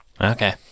Okay